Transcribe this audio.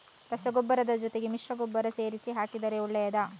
ರಸಗೊಬ್ಬರದ ಜೊತೆ ಮಿಶ್ರ ಗೊಬ್ಬರ ಸೇರಿಸಿ ಹಾಕಿದರೆ ಒಳ್ಳೆಯದಾ?